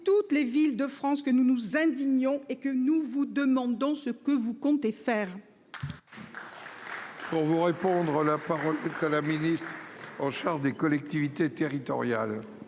toutes les villes de France que nous nous indignons et que nous vous demandons, ce que vous comptez faire.